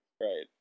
Right